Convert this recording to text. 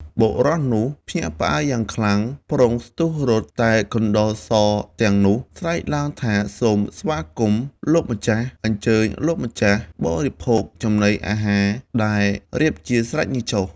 បុរសនោះភ្ញាក់ផ្អើលយ៉ាងខ្លាំង ប្រុងស្ទុះរត់ តែកណ្តុរសទាំងនោះស្រែកឡើងថា សូមស្វាគមន៍លោក ម្ចាស់ !អញ្ជើញលោកម្ចាស់បរិភោគចំណីអាហារដែល រៀបជាស្រេចនេះចុះ ។